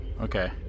Okay